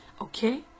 Okay